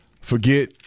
forget